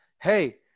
Hey